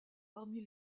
parmi